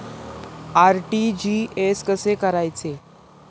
RTGS कसे करायचे?